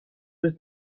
was